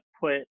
put